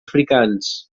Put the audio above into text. africans